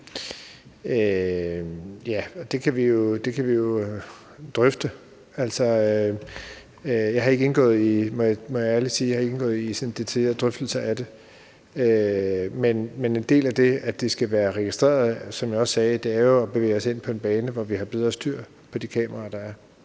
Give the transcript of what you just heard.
Det kan vi jo drøfte. Jeg må ærligt sige, at jeg ikke har indgået i detaljerede drøftelser af det. Men en del af det, at det skal være registreret, som jeg også sagde, er jo bevæge at sig ind på en bane, hvor vi har bedre styr på de kameraer,